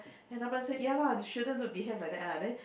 then the person said ya lah they shouldn't do behave like that then